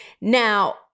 Now